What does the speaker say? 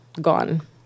gone